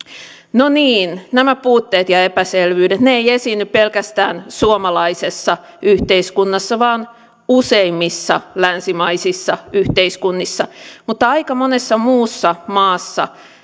no niin nämä puutteet ja epäselvyydet eivät esiinny pelkästään suomalaisessa yhteiskunnassa vaan useimmissa länsimaisissa yhteiskunnissa mutta aika monessa muussa maassa